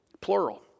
Plural